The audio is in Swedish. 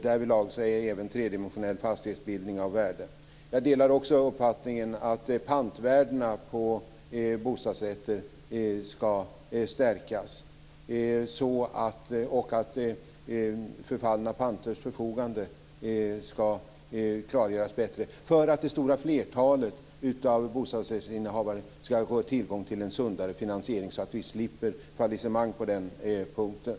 Därvidlag är även tredimensionell fastighetsbildning av värde. Jag delar också uppfattningen att pantvärdena på bostadsrätter ska stärkas och att förfogandet över förfallna panter bättre ska klargöras för att det stora flertalet bostadsrättsinnehavare ska få tillgång till en sundare finansiering så att vi slipper fallissemang på den punkten.